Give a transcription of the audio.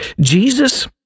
Jesus